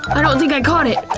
i don't think i caught it!